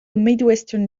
midwestern